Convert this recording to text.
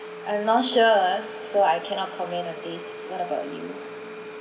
I'm not sure so I cannot comment on this what about you